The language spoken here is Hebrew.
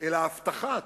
אלא "הבטחת",